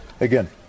again